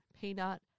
peanut